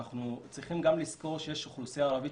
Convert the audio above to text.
אנחנו צריכים גם לזכור שיש אוכלוסייה ערבית,